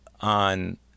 on